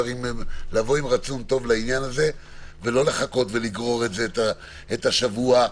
לבוא עם רצון טוב לעניין הזה ולא לגרור את זה שבוע,